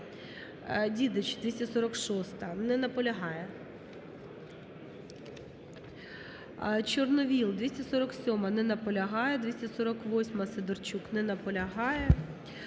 Дідич, 246-а. Не наполягає. Чорновол, 247-а. Не наполягає. 248-а, Сидорчук. Не наполягає.